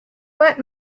but